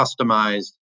customized